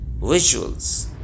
visuals